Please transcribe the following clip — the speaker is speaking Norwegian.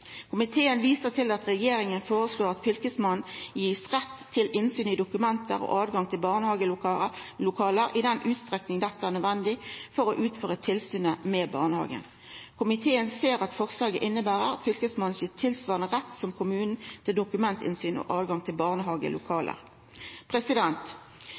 Komiteen viser til at regjeringa føreslår at Fylkesmannen gis rett til innsyn i dokument og tilgang til barnehagelokale i den utstrekning dette er nødvendig for å utføra tilsynet med barnehagen. Komiteen ser at forslaget inneber at Fylkesmannen blir gitt tilsvarande rett som kommunen til dokumentinnsyn og tilgang til